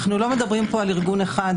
אנחנו לא מדברים פה על ארגון אחד,